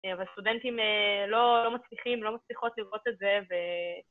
אבל סטודנטים לא מצליחים, לא מצליחות לראות את זה ו...